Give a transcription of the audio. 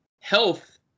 health